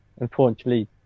unfortunately